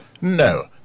No